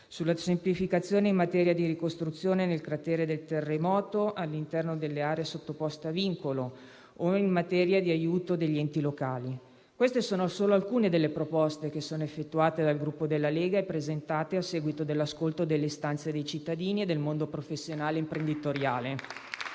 sulla semplificazione in materia di ricostruzione nel cratere del terremoto all'interno delle aree sottoposte a vincolo, o in materia di aiuto degli enti locali. Queste sono solo alcune delle proposte effettuate dal Gruppo della Lega e presentate a seguito dell'ascolto delle istanze dei cittadini e del mondo professionale e imprenditoriale.